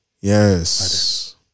Yes